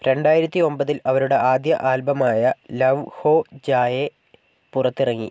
രണ്ടായിരത്തിഒമ്പതിൽ അവരുടെ ആദ്യ ആൽബം ആയ ലവ് ഹോ ജായേ പുറത്തിറങ്ങി